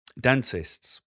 dentists